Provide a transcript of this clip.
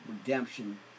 redemption